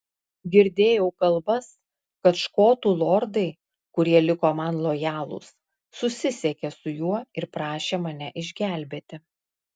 girdėjau kalbas kad škotų lordai kurie liko man lojalūs susisiekė su juo ir prašė mane išgelbėti